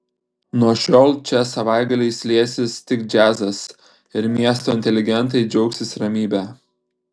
nuo šiol čia savaitgaliais liesis tik džiazas ir miesto inteligentai džiaugsis ramybe